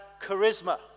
charisma